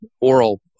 oral